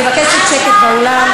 אני מבקשת שקט באולם,